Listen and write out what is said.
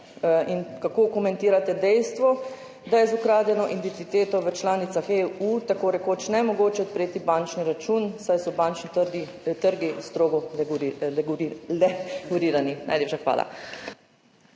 Kako komentirate dejstvo, da je z ukradeno identiteto v članicah EU tako rekoč nemogoče odpreti bančni račun, saj so bančni trg strogo regulirani? Najlepša hvala.